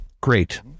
Great